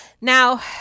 Now